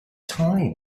time